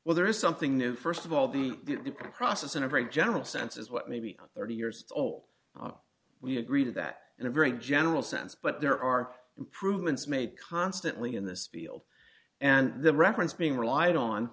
well there is something new st of all the process in a very general sense is what maybe thirty years old we agree to that in a very general sense but there are improvements made constantly in this field and the reference being relied on